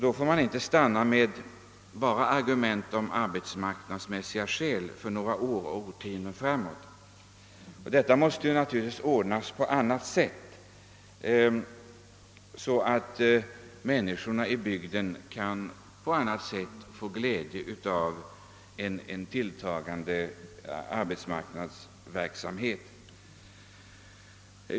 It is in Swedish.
Då får man inte stanna vid att ge argument om arbetsmarknadsmässiga hänsyn för några år eller årtionden framåt. Arbetsmarknadsverksamheten måste naturligtvis utökas på annat sätt så att människorna i bygden kan få glädje därav och få goda möjligheter till arbetstillfällen.